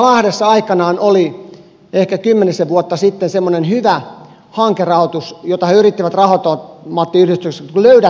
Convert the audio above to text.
lahdessa oli aikanaan ehkä kymmenisen vuotta sitten semmoinen hyvä hanke kuin löydä timantit hanke johon he yrittivät raha automaattiyhdistykseltä saada rahoitusta